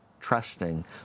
trusting